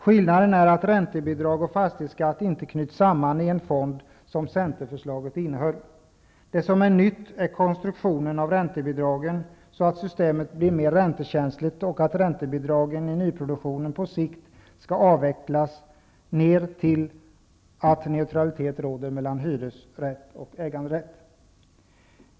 Skillnaden är att räntebidrag och fastighetsskatt inte knyts samman i en fond såsom i centerförslaget. Det som är nytt är konstruktionen av räntebidragen så att systemet blir mer räntekänsligt och att räntebidragen i nyproduktionen på sikt avvecklas så att neutralitet råder mellan hyresrätt och äganderätt.